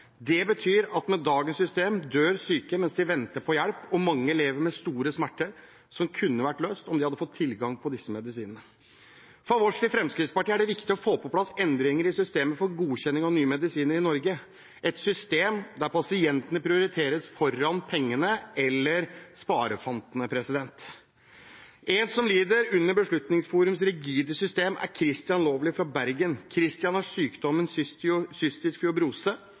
Det betyr at med dagens system dør syke mens de venter på hjelp, og mange lever med store smerter som kunne vært løst om de hadde fått tilgang på disse medisinene. For oss i Fremskrittspartiet er det viktig å få på plass endringer i systemet for godkjenning av nye medisiner i Norge, et system der pasientene prioriteres foran pengene eller sparefantene. En som lider under Beslutningsforums rigide system, er Christian Lawley fra Bergen. Christian har sykdommen